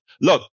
Look